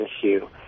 issue